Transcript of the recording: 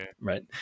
right